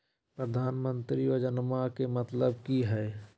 प्रधानमंत्री योजनामा के मतलब कि हय?